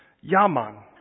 Yaman